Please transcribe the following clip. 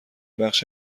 بخش